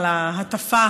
על ההטפה